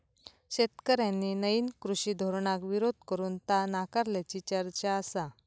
शेतकऱ्यांनी नईन कृषी धोरणाक विरोध करून ता नाकारल्याची चर्चा आसा